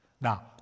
Now